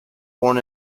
born